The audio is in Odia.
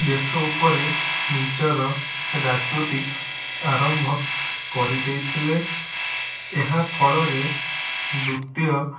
ଦେଶ ଉପରେ ନିଜର ରାଜୁତି ଆରମ୍ଭ କରିଦେଇଥିଲେ ଏହାଫଳରେ ଦ୍ଵିତୀୟ